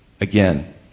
Again